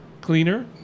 cleaner